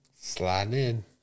Sliding